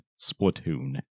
Splatoon